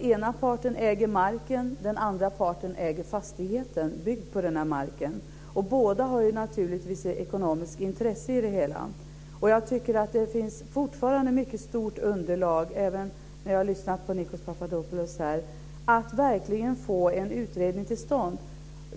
Ena parten äger marken, den andra parten äger fastigheten byggd på denna mark. Båda har naturligtvis ekonomiska intressen i det hela. Jag tycker fortfarande, efter det att jag lyssnat på Nikos Papadopoulos, att det finns mycket stort underlag för att få en utredning till stånd.